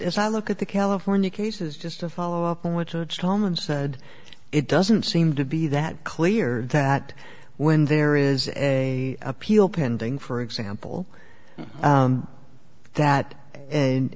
as i look at the california cases just to follow up i went home and said it doesn't seem to be that clear that when there is a appeal pending for example that and